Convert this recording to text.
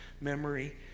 memory